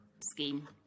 scheme